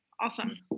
Awesome